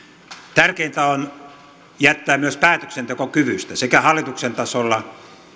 tärkeintä on jättää myös päätöksentekokyvystä sekä hallituksen tasolla